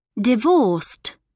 Divorced